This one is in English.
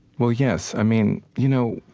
well, yes. i mean, you know